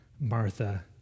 Martha